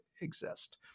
exist